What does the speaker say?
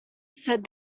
said